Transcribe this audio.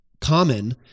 common